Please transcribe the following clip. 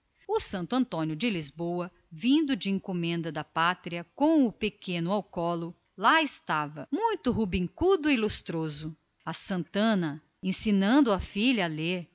o santo antônio de lisboa vindo de encomenda com o pequeno ao colo lá estava muito rubicundo e lustroso a santana ensinando a filha a